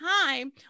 time